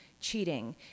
cheating